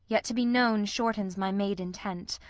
yet to be known shortens my made intent.